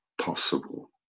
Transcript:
possible